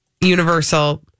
universal